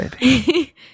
baby